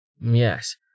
Yes